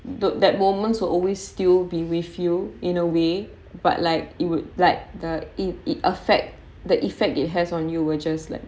though that moments will always still be with you in a way but like it will like the if it affect the effect it has on you were just like